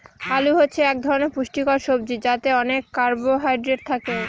আলু হচ্ছে এক ধরনের পুষ্টিকর সবজি যাতে অনেক কার্বহাইড্রেট থাকে